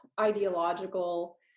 ideological